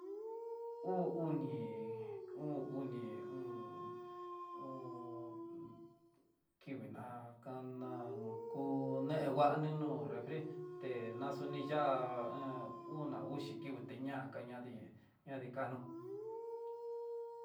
Uu uni, uu oni o'on, uu kinguina kana ku nenguaninó efri te, naxoniya'á ha una uxi kinguiti ña'á kañadi ñadikano.